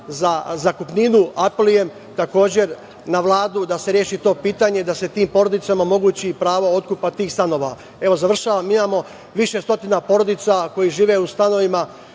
za zakupninu. Apelujem, takođe, na Vladu da se reši to pitanje, da se tim porodicama omogući pravo otkupa tih stanova. Završavam. Imamo više stotina porodica koji žive u stanovima